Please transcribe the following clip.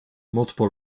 multiple